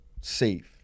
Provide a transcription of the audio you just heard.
safe